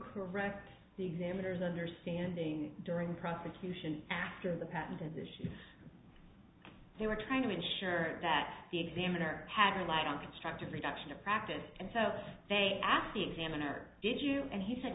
correct the examiners understanding during prosecution after the patent is issued they were trying to make sure that the examiner had relied on constructive reduction of practice and so they asked the examiner did you and he said